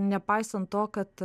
nepaisant to kad